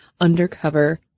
undercover